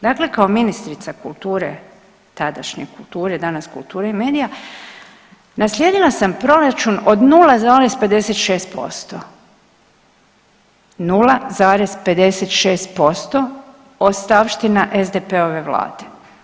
Dakle, kao ministrica kulture tadašnje kulture, danas kulture medija naslijedila sam proračun od 0,56%, 0,56% ostavština SDP-ove vlade.